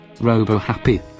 robo-happy